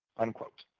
unquote.